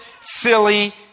silly